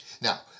Now